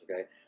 okay